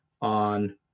on